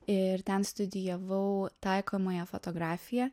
ir ten studijavau taikomąją fotografiją